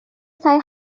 চাই